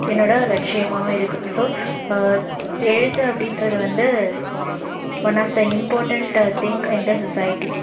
என்னோட லட்சியமாகவும் இருக்குது ஸோ எழுத்து அப்படின்றது வந்து one of the important thing in the சொசைட்